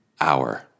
hour